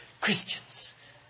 Christians